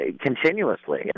continuously